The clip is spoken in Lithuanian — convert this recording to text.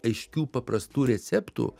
aiškių paprastų receptų